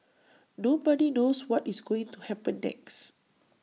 nobody knows what is going to happen next